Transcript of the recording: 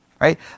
Right